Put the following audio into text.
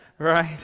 right